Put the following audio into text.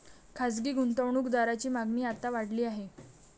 खासगी गुंतवणूक दारांची मागणी आता वाढली आहे